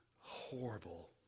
horrible